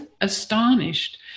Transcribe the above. astonished